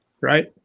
right